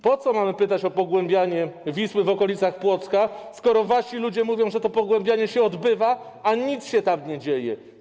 Po co mamy pytać o pogłębianie Wisły w okolicach Płocka, skoro wasi ludzie mówią, że to pogłębianie się odbywa, a nic się tam nie dzieje?